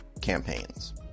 campaigns